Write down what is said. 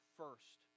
first